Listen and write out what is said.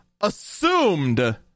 assumed